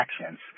actions